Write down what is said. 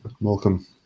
Malcolm